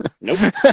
Nope